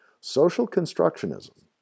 Social-constructionism